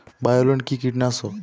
বায়োলিন কি কীটনাশক?